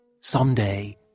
someday